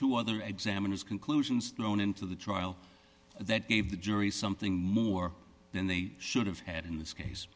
two other examiner's conclusions thrown into the trial that gave the jury something more than they should have had in this case